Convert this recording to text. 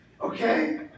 Okay